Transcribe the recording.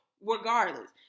regardless